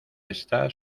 está